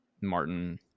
Martin